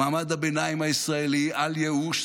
מעמד הביניים הישראלי, אל ייאוש.